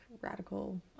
radical